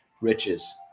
riches